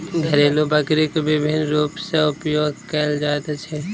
घरेलु बकरी के विभिन्न रूप सॅ उपयोग कयल जाइत अछि